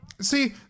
see